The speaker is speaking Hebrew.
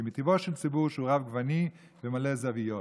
כי מטבעו של ציבור שהוא רב-גוני ומלא זוויות.